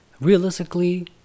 Realistically